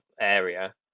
area